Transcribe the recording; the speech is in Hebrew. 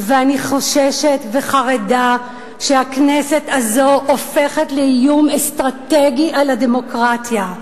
ואני חוששת וחרדה שהכנסת הזו הופכת לאיום אסטרטגי על הדמוקרטיה.